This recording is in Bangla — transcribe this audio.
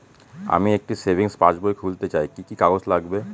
আমি একটি সেভিংস পাসবই খুলতে চাই কি কি কাগজ লাগবে?